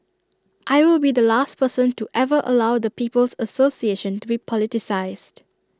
I will be the last person to ever allow the people's association to be politicised